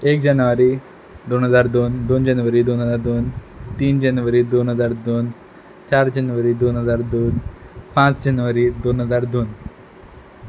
एक जानेवारी दोन हजार दोन दोन जानेवारी दोन हजार दोन तीन जानेवारी दोन हजार दोन चार जानेवारी दोन हजार दोन पांच जानेवारी दोन हजार दोन